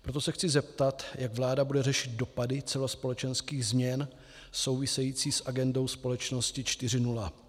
Proto se chci zeptat, jak vláda bude řešit dopady celospolečenských změn související s agendou Společnosti 4.0.